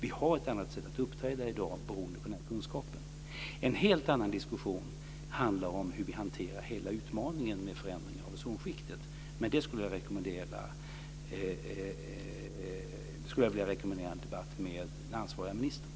Vi har ett annat sätt att uppträda i dag beroende på den här kunskapen. En helt annan diskussion handlar om hur vi hanterar hela utmaningen med förändringar av ozonskiktet. Där skulle jag vilja rekommendera en debatt med den ansvariga ministern.